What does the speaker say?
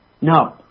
No